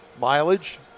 mileage